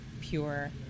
pure